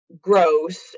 gross